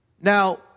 Now